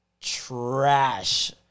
trash